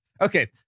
Okay